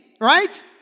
right